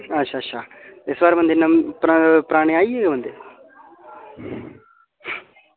अच्छा अच्छा इस बार बंदे पर पराने आई गे बंदे